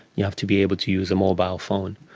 you have to be able to use a mobile phone.